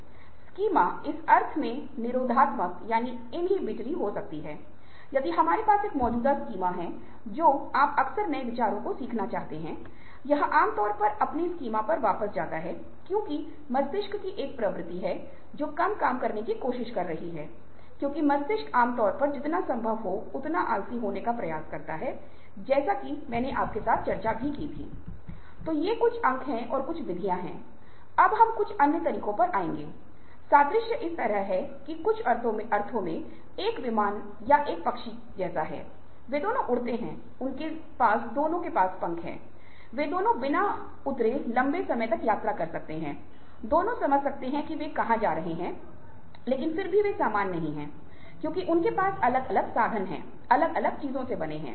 और अन्य एक बहुत महत्वपूर्ण है कि समस्या निवारकप्रॉब्लम सॉल्वर Problem solver इसका मतलब है कि एक समस्या है और हम इन मुद्दो के अच्छे बुरे से संबंधित हर समस्या का गंभीर रूप से विश्लेषण करने की कोशिश करते हैं और सब कुछ ठीक कर देते हैं और फिर हम समस्या को हल करने की कोशिश करते हैं क्योंकि यह कुछ बहुत ही कठिन है और विभिन्न कोणों से विभिन्न दृष्टिकोणों से हमें समझना है और अन्य पक्षों को विश्वास में लेना है जिन्हें हम गहराई से विश्लेषण में जाने की कोशिश करते हैं गंभीर रूप से विश्लेषण करते हैं और फिर हम यह कहने की कोशिश करते हैं कि हाँ अब दोस्तों हमने बहुत चर्चा की है लेकिन अंतमे हमे एक समाधान खोजने है क्योंकि अगर हम किसी तरह का समाधान करने की इच्छा रखते हैं